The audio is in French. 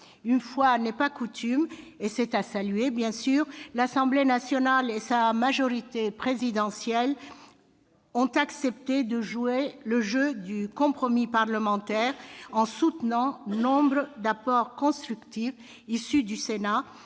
Une fois n'est pas coutume, l'Assemblée nationale et sa majorité présidentielle ont accepté de jouer le jeu du compromis parlementaire en soutenant nombre d'apports constructifs issus du Sénat